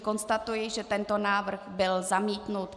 Konstatuji, že tento návrh byl zamítnut.